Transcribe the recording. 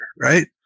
right